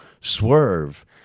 Swerve